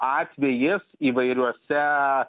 atvejis įvairiuose